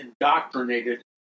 indoctrinated